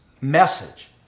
message